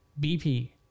bp